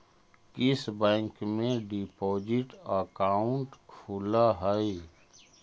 किस बैंक में deposit account खुलअ हई